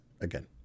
again